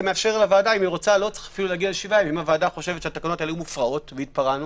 אם הוועדה חושבת שהתקנות האלה היו מופרעות והתפרענו